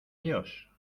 ellos